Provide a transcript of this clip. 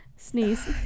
Sneeze